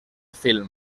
film